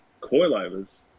coilovers